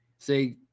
Say